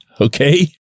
Okay